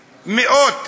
מאות,